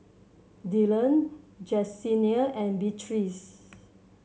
Dillon Jessenia and Beatrice